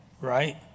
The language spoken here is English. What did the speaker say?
Right